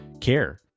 care